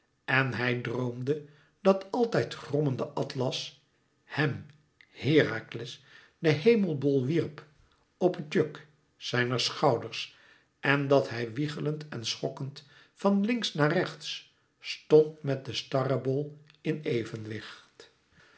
en hij droomde dat altijd grommende atlas hèm herakles de hemelbol wierp op het juk zijner schouders en dat hij wiegelend en schokkend van links naar rechts stond met den starrenbol in evenwicht